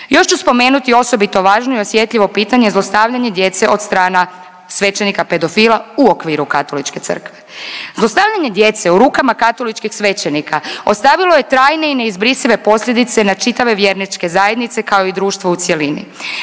Još ću spomenuti osobito važno i osjetljivo pitanje zlostavljanje djece od strana svećenika pedofila u okviru Katoličke Crkve. Zlostavljanja djece u rukama katoličkih svećenika ostavilo je trajne i neizbrisive posljedice na čitave vjerničke zajednice kao i društvo u cjelini.